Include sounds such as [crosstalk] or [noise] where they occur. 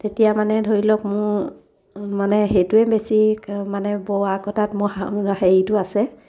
তেতিয়া মানে ধৰি লওক মোৰ মানে সেইটোৱে বেছি মানে বোৱা কটাত মোৰ [unintelligible] হেৰিটো আছে